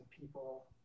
people